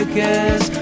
guess